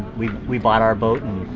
we we bought our boat